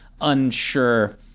unsure